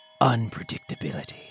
unpredictability